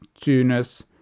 tuners